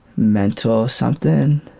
mentor or somethin.